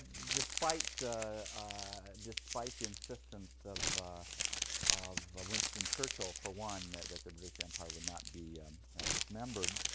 despite the ah despite the insistence of of winston churchill, for one, that that the british empire would not be dismembered.